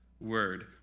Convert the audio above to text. word